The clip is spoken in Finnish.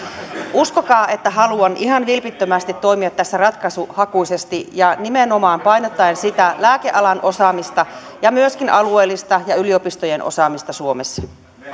uskokaa että haluan ihan vilpittömästi toimia tässä ratkaisuhakuisesti ja nimenomaan painottaen sitä lääkealan osaamista ja myöskin alueellista ja yliopistojen osaamista suomessa